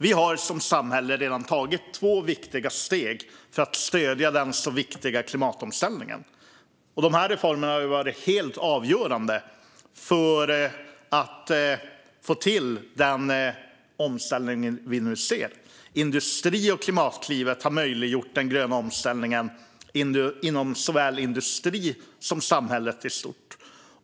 Vi har som samhälle redan tagit två viktiga steg för att stödja den så viktiga klimatomställningen. Reformerna har varit helt avgörande för att få till den omställning vi nu ser. Industriklivet och Klimatklivet har möjliggjort den gröna omställningen inom såväl industrin som samhället i stort.